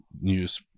news